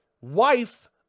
wife